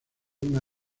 una